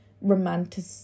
romantic